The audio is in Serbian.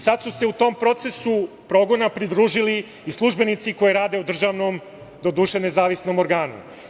Sad su se u tom procesu progona pridružili i službenici koji rade u državnom, doduše nezavisnom, organu.